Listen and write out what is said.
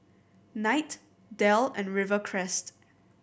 Knight Dell and Rivercrest